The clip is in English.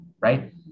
right